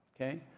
okay